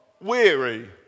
weary